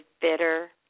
bitter